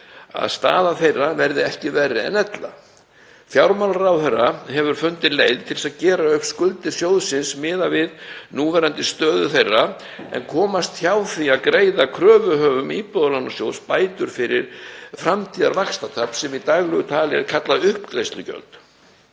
að staða þeirra verði ekki verri en ella. Fjármálaráðherra hefur fundið leið til að gera upp skuldir sjóðsins miðað við núverandi stöðu þeirra en komast hjá því að greiða kröfuhöfum Íbúðalánasjóðs bætur fyrir framtíðarvaxtatap, sem í daglegu tali er kallað uppgreiðslugjöld.